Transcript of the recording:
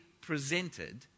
presented